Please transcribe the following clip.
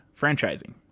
franchising